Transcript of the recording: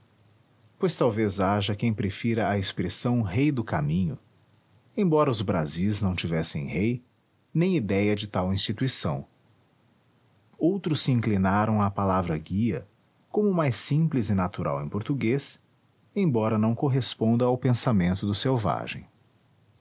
pois talvez haja quem prefira a expressão rei do caminho embora os brasis não tivessem rei nem idéia de tal instituição outros se inclinaram à palavra guia como mais simples e natural em português embora não corresponda ao pensamento do selvagem